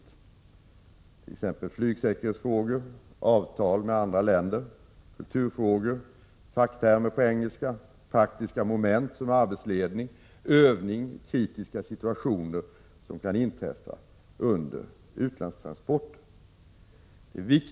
Det gäller t.ex. flygsäkerhetsfrågor, avtal med andra länder, kulturfrågor, facktermer på engelska, praktiska moment vad gäller arbetsledning, övning och när det gäller kritiska situationer som kan inträffa under utlandstransporter. Bl.